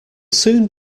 soon